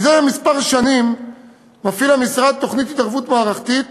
זה כמה שנים המשרד מפעיל תוכנית התערבות מערכתית